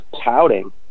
pouting